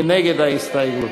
מי נגד ההסתייגות?